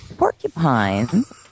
Porcupines